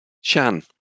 Shan